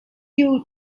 you